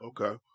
Okay